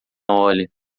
olha